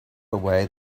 away